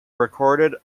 recorded